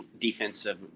defensive